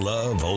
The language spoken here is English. Love